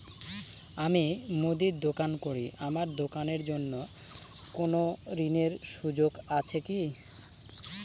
আমি মুদির দোকান করি আমার দোকানের জন্য কোন ঋণের সুযোগ আছে কি?